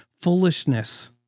foolishness